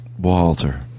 Walter